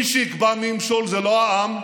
מי שיקבע מי ימשול זה לא העם,